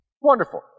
Wonderful